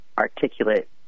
articulate